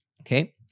Okay